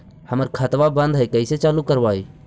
हमर खतवा बंद है कैसे चालु करवाई?